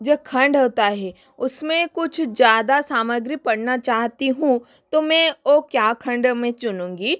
जो खंड होता है उसमें कुछ ज़्यादा सामग्री पढ़ना चाहती हूँ तो मैं वो क्या खंड मैं चुनूँगी